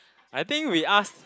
I think we ask